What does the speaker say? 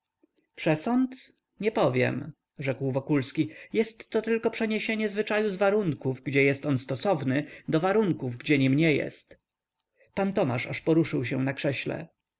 przesąd nie powiem rzekł wokulski jestto tylko przeniesienie zwyczaju z warunków gdzie on jest stosowny do warunków gdzie nim nie jest pan tomasz aż poruszył się na krześle